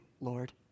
Lord